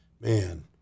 Man